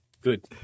Good